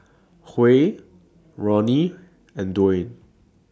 Huy Roni and Dayne